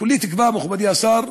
כולי תקווה, מכובדי השר,